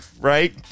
Right